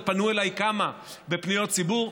ופנו אליי כמה בפניות ציבור,